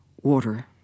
water